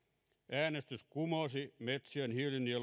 äänestys kumosi metsien hiilinielujen